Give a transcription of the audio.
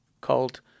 called